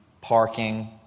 parking